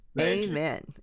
Amen